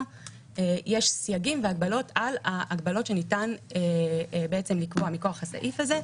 יש סייגים והגבלות על ההגבלות שניתן לקבוע מכוח הסעיף הזה.